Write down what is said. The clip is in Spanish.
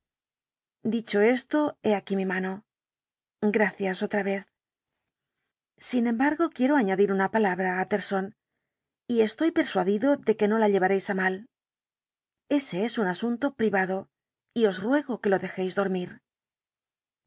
dicho ésto he aquí mi mano gracias otra vez sin embargo quiero añadir una palabra utterson y estoy persuadido de que no la llevaréis á mal ese es un asunto privado y os ruego que lo dejéis dormir